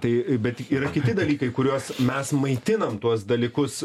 tai bet yra kiti dalykai kuriuos mes maitinam tuos dalykus